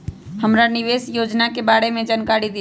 हमरा निवेस योजना के बारे में जानकारी दीउ?